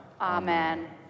Amen